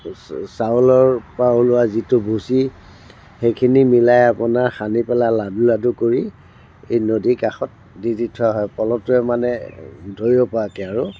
চা চাউলৰ পৰা ওলোৱা যিটো ভুচি সেইখিনি মিলাই আপোনাৰ সানি পেলাই লাডু লাডু কৰি এই নদীৰ কাষত দি দি থোৱা হয় পলটোৱে মানে ধৰিব পৰাকৈ আৰু